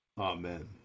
amen